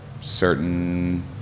certain